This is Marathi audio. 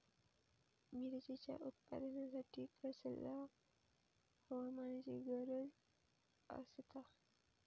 मिरचीच्या उत्पादनासाठी कसल्या हवामानाची गरज आसता?